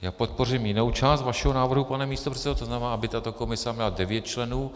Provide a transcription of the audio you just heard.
Já podpořím jinou část vašeho návrhu, pane místopředsedo, to znamená, aby tato komise měla 9 členů.